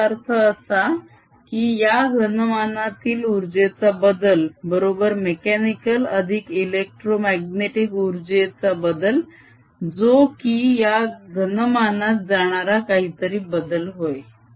याचा अर्थ असा की या घनमानातील उर्जेचा बदल बरोबर मेक्यानिकल अधिक इलेक्ट्रोमाग्नेटीक उर्जेचा बदल जो की या घनमानात जाणारा काहीतरी बदल होय